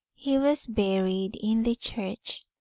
he was buried in the church.